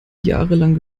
jahrelang